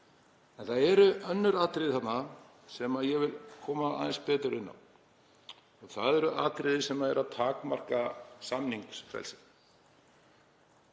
Það eru önnur atriði þarna sem ég vil koma aðeins betur inn á. Það eru atriði sem takmarka samningsfrelsi.